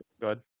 good